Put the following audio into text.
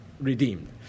redeemed